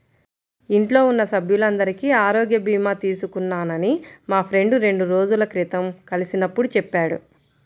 ఇంట్లో ఉన్న సభ్యులందరికీ ఆరోగ్య భీమా తీసుకున్నానని మా ఫ్రెండు రెండు రోజుల క్రితం కలిసినప్పుడు చెప్పాడు